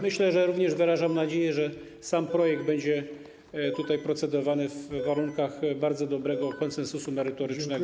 Myślę, i również wyrażam nadzieję, że sam projekt będzie tutaj procedowany w warunkach bardzo dobrego konsensusu merytorycznego.